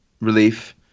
relief